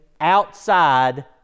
outside